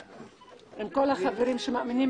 המישורים.